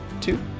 two